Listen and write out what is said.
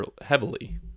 heavily